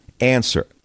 Answer